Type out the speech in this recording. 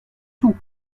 tout